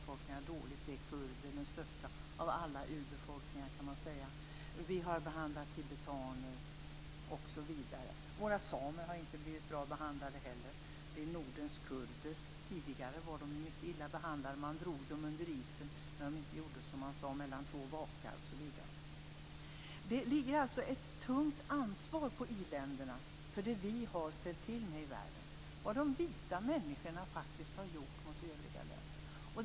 Det är kurder, som man kan säga är den största av alla urbefolkningar. Vi har behandlat tibetaner illa, osv. Våra samer har heller inte blivit bra behandlade. De är nordens kurder. Tidigare var de mycket illa behandlade. Man drog dem under isen mellan två vakar när de inte gjorde som man sade. Det ligger alltså ett tungt ansvar på oss i-länder för det vi har ställt till med i världen - vad de vita människorna faktiskt har gjort mot övriga länder.